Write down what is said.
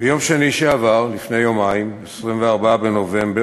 ביום שני שעבר, לפני יומיים, 24 בנובמבר,